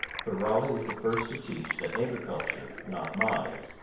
for raleigh was the first to teach that agriculture, not mines,